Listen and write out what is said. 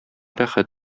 рәхәт